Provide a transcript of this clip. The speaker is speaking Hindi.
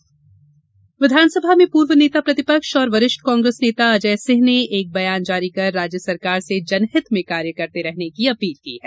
अजय बयान विधानसभा में पूर्व नेता प्रतिपक्ष और वरिष्ठ कांग्रेस नेता अजय सिंह ने एक बयान जारी कर राज्य सरकार से जनहित में कार्य करते रहने की अपील की है